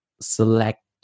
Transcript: select